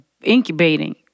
incubating